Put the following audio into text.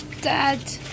dad